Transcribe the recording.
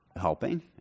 helping